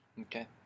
Okay